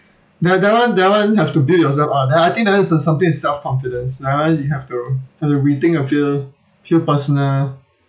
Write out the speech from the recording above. that that one that one have to build yourself up then I think that one is something with self confidence now you have to have to rethink a few few personal